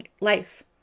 life